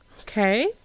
Okay